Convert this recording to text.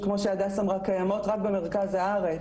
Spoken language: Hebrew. שכמו שהדס אמרה - קיימות רק במרכז הארץ.